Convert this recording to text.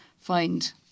find